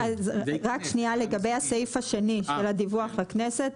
רק שנייה לגבי הסעיף של הדיווח בכנסת,